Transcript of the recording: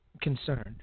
concerned